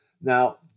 Now